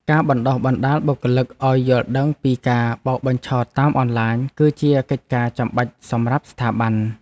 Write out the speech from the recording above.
ការបណ្តុះបណ្តាលបុគ្គលិកឱ្យយល់ដឹងពីការបោកបញ្ឆោតតាមអនឡាញ គឺជាកិច្ចការចាំបាច់សម្រាប់ស្ថាប័ន។